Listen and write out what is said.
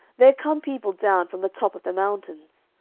there come people down from the top of the mountains.